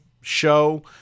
show